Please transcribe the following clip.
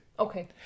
Okay